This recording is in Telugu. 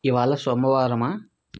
ఇవాళ సోమవారమా